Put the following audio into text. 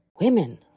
Women